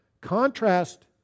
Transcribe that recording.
Contrast